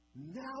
Now